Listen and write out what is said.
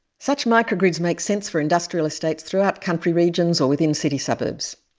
such microgrids makes sense for industrial estates throughout country regions or within city suburbs,